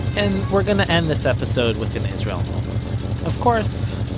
and we're going to end this episode with an israel moment of course,